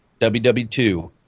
WW2